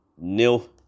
nil